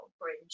bridge